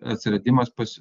atsiradimas pas